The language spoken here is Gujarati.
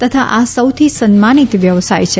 તથા આ સૌથી સન્માનિત વ્યવસાય છે